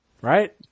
Right